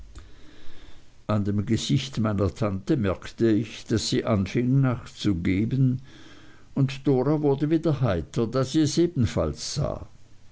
an dem gesicht meiner tante merkte ich daß sie anfing nachzugeben und dora wurde wieder heiter da sie es ebenfalls sah